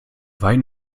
wein